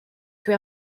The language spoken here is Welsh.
dwi